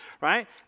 right